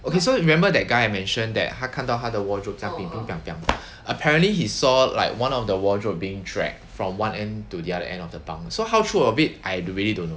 okay so remember that guy I mentioned that 他看到他的 wardrobe 在 apparently he saw like one of the wardrobe being dragged from one end to the other end of the bunk so how true a bit I really don't know